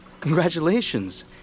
Congratulations